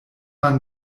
man